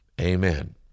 Amen